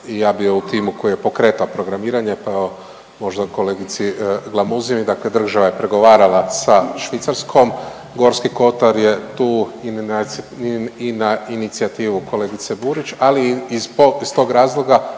ja bio u timu koji je pokretao programiranje pa evo, možda kolegici Glamuzini, dakle država je pregovarala sa Švicarskom, Gorski kotar je tu i na inicijativu kolegice Burić, ali i zbog, iz tog razloga